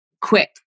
quick